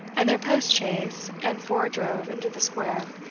and their post-chaise and four drove into the square,